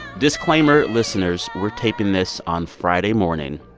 disclaimer, listeners we're taping this on friday morning.